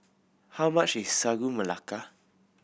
how much is Sagu Melaka